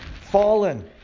fallen